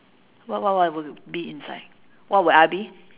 wha~ wha~ what will be inside what will I be